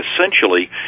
essentially